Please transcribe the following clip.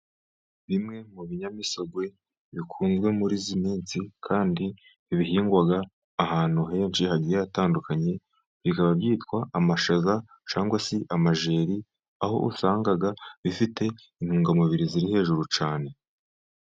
Bimwe mu binyamisogwe bikunzwe muri iyi minsi kandi bihingwa ahantu henshi hagiye hatandukanye bikaba byitwa amashaza cyangwa se amajeri, aho usanga bifite intungamubiri ziri hejuru cyane.